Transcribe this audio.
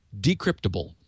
decryptable